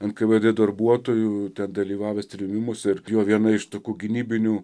nkvd darbuotojų dalyvavęs trėmimuose ir jo viena iš tokių gynybinių